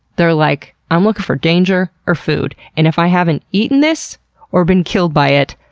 they're like, i'm looking for danger or food, and if i haven't eaten this or been killed by it,